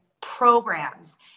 programs